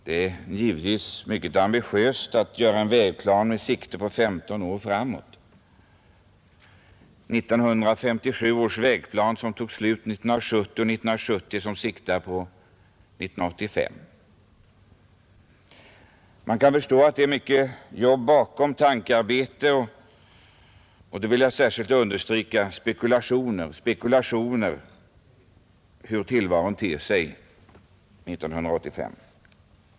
Det är givetvis mycket ambitiöst att upprätta vägplaner för 15 år — 1957 års vägplan som tog slut 1970 och 1970 års vägplan som siktar på 1985. Man kan förstå att det ligger mycket jobb bakom, mycket tankearbete och — det vill jag särskilt understryka — många spekulationer i fråga om hur tillvaron kommer att te sig 1985.